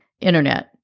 internet